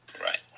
Right